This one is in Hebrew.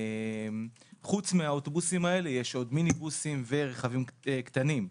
חוץ מהאוטובוסים האלה יש עוד מיניבוסים ורכבים קטנים.